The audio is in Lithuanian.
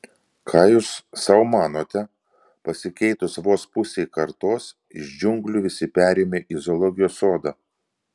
ką jūs sau manote pasikeitus vos pusei kartos iš džiunglių visi perėjome į zoologijos sodą